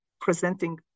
presenting